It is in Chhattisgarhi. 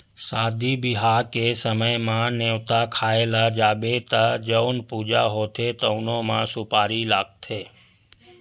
सादी बिहाव के समे म, नेवता खाए ल जाबे त जउन पूजा होथे तउनो म सुपारी लागथे